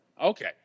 Okay